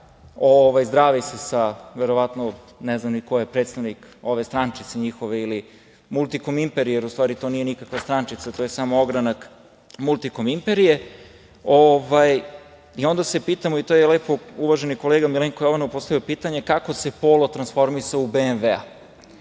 BMW, zdravi se sa, ne znam ni ko je predstavnik ove njihove strančice ili „Multikom“ imperije, jer to u stavi nije nikakva strančica, to je samo ogranak „Multikom“ imperije. Onda se pitamo, i to je lepo uvaženi kolega Milenko Jovanov, postavio pitanje - kako se polo transformisao u BMW?